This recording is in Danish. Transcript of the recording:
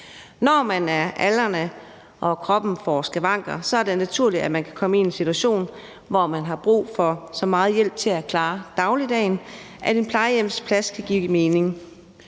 Når man er aldrende og kroppen får skavanker, er det naturligt, at man kan komme i en situation, hvor man har brug for så meget hjælp til at klare dagligdagen, at en plejehjemsplads kan give mening.